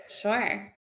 Sure